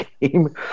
game